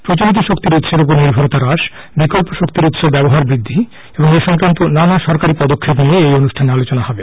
প্রচলিত শক্তির উৎসের উপর নির্ভরতা হ্রাস বিকল্প শক্তির উৎসের ব্যবহার বৃদ্ধি এবং এসংক্রান্ত নানা সরকারী পদক্ষেপ নিয়ে এই অনুষ্ঠানে আলোচনা হবে